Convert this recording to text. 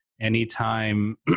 anytime